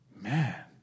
man